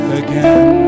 again